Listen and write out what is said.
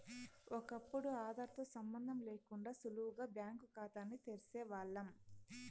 ఒకప్పుడు ఆదార్ తో సంబందం లేకుండా సులువుగా బ్యాంకు కాతాల్ని తెరిసేవాల్లం